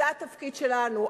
זה התפקיד שלנו.